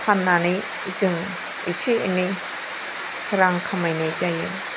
फाननानै जों एसे एनै रां खामायनाय जायो